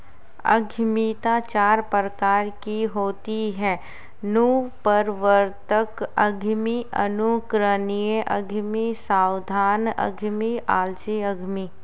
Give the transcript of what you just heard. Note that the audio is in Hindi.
उद्यमिता चार प्रकार की होती है नवप्रवर्तक उद्यमी, अनुकरणीय उद्यमी, सावधान उद्यमी, आलसी उद्यमी